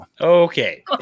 Okay